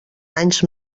anys